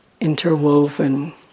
interwoven